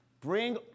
Bring